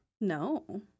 No